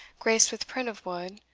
graced with print of wood,